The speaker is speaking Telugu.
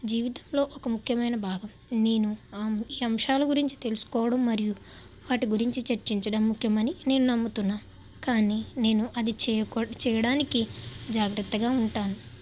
జీవితంలో ఒక ముఖ్యమైన భాగం నేను ఆ ఈ అంశాల గురించి తెలుసుకోవడం మరియు వాటి గురించి చర్చించడం ముఖ్యమని నేను నమ్ముతున్నా కానీ నేను అది చేయకూడ చేయడానికి జాగ్రత్తగా ఉంటాను